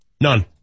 None